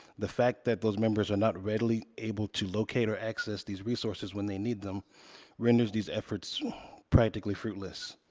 the fact that those members are not readily able to locate or access these resources when they need them renders these efforts practically fruitless.